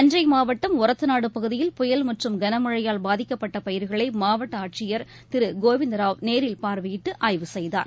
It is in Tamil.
தஞ்சைமாவட்டம் ஒரத்தநாடுபகுதியில் புயல் மற்றம் கனமழையால் பாதிக்கப்பட்டபயிர்களைமாவட்டஆட்சியர் திருகோவிந்தராவ் நேரில் பார்வையிட்டுஆய்வு செய்தார்